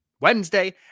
wednesday